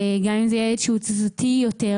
גם אם זה ילד שהוא תזזיתי יותר,